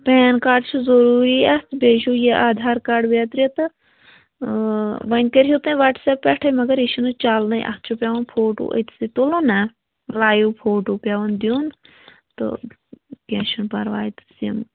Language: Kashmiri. پین کاڈ چھُ ضٔروٗری اَتھ بیٚیہِ چھُو یہِ آدھار کاڈ بیترِ تہٕ وۄنۍ کٔرۍ ہوٗ تُہۍ وٹسَپ پٮ۪ٹھَے مگر یہِ چھُنہٕ چَلنٕے اَتھ چھُ پٮ۪وان فوٹو أتھۍ سۭتۍ تُلُن نَہ لایِو فوٹو پٮ۪وان دیُن تہٕ کیٚنٛہہ چھُنہٕ پَرواے تہٕ سِم